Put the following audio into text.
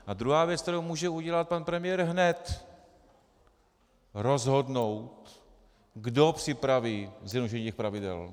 A druhá věc, kterou může udělat pan premiér hned rozhodnout, kdo připraví změny pravidel.